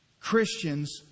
Christians